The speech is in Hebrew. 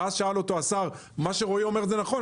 ואז שאל אותו השר: "מה שאומר רועי הוא נכון;